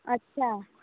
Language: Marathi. अच्छा